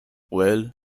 well